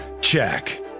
check